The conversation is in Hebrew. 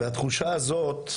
והתחושה הזאת,